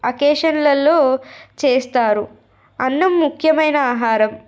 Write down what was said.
అకేషన్లల్లో చేస్తారు అన్నం ముఖ్యమైన ఆహారం